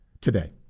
today